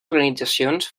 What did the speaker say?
organitzacions